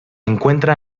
encuentra